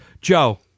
Joe